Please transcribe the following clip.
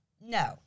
no